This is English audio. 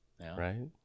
right